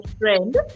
friend